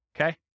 okay